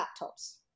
laptops